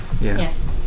Yes